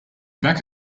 back